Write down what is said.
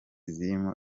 zirimo